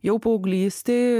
jau paauglystėj